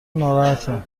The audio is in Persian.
ناراحته